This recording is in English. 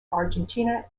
argentina